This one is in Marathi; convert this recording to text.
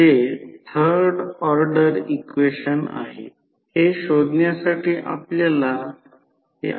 जर V1 ला संदर्भ म्हणून घेतले तर हा करंट प्रत्यक्षात ज्याला व्होल्टेज म्हणतो त्यापेक्षा मागे पडतो